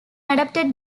adopted